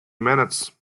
minutes